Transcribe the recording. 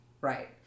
right